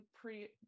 pre